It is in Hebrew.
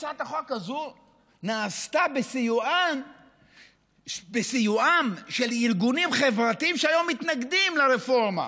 שהצעת החוק הזו נעשתה בסיועם של ארגונים חברתיים שהיום מתנגדים לרפורמה,